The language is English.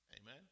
Amen